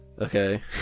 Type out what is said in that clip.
Okay